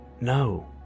No